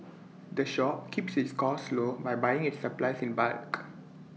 the shop keeps its costs low by buying its supplies in bulk